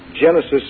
Genesis